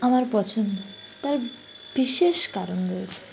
আমার পছন্দ তার বিশেষ কারণ রয়েছে